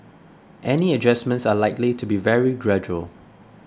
any adjustments are likely to be very gradual